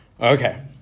Okay